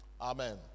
Amen